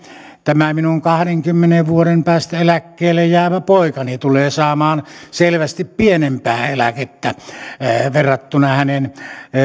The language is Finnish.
tämä minun kahdenkymmenen vuoden päästä eläkkeelle jäävä poikani tulee saamaan selvästi pienempää eläkettä verrattuna hänen